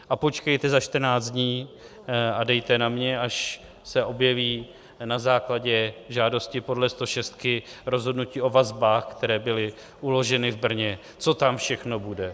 A počkejte za 14 dní a dejte na mě, až se objeví na základě žádosti podle stošestky rozhodnutí o vazbách, které byly uloženy v Brně, co tam všechno bude.